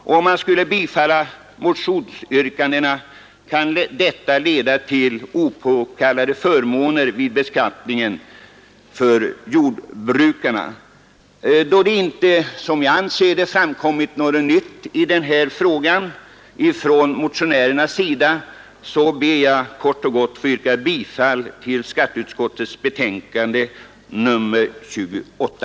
Om man skulle bifalla motionsyrkandena kan detta medföra opåkallade förmåner vid beskattningen för jordbrukarna. Då jag anser att det inte framkommit något nytt i denna fråga från motionärernas sida, så ber jag kort och gott att få yrka bifall till skatteutskottets hemställan i betänkandet nr 28.